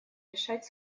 решать